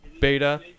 Beta